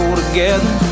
together